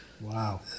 Wow